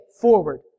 forward